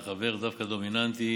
וחבר דומיננטי,